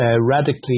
radically